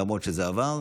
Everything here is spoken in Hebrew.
למרות שזה עבר.